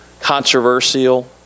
controversial